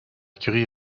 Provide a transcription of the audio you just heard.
curie